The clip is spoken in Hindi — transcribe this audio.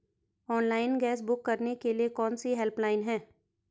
ऑनलाइन गैस बुक करने के लिए कौन कौनसी हेल्पलाइन हैं?